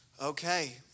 okay